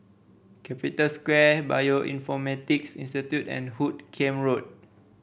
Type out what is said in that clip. Capital Square Bioinformatics Institute and Hoot Kiam Road